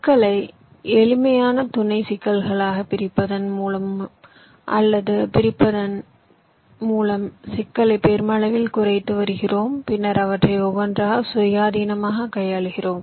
சிக்கலை எளிமையான துணை சிக்கல்களாகப் பிரிப்பதன் மூலமோ அல்லது பிரிப்பதன் மூலமோ சிக்கலை பெருமளவில் குறைத்து வருகிறோம் பின்னர் அவற்றை ஒவ்வொன்றாக சுயாதீனமாக கையாளுகிறோம்